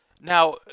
now